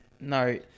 No